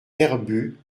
herbues